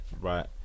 right